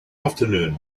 afternoon